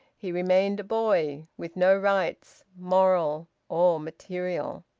he remained a boy, with no rights, moral or material.